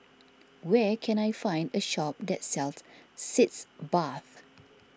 where can I find a shop that sells Sitz Bath